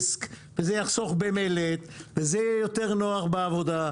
וזה יחסוך בפריצות דיסק וזה יחסוך במלט וזה יהיה יותר נוח בעבודה,